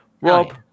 Rob